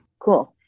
Cool